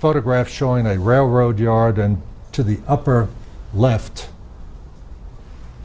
photograph showing a railroad yard and to the upper left